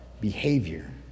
behavior